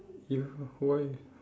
you why